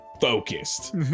focused